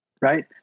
Right